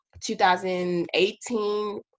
2018